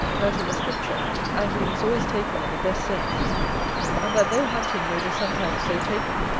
that in the scripture, angling is always taken in the best sense and that though hunting may be sometimes so taken,